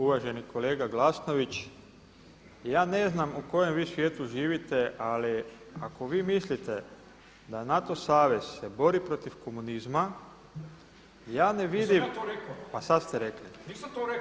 Uvaženi kolega Glasnović, ja ne znam u kojem vi svijetu živite ali ako vi mislite da NATO savez se bori protiv komunizma ja ne vidim …… [[Upadica Glasnović, ne čuje se.]] Pa sad ste rekli.